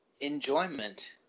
enjoyment